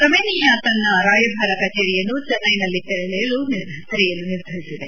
Romania ತನ್ನ ರಾಯಭಾರ ಕಚೇರಿಯನ್ನು ಚೆನ್ನೈನಲ್ಲಿ ತೆರೆಯಲು ನಿರ್ಧರಿಸಿದೆ